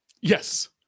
Yes